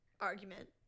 Argument